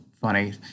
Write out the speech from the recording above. funny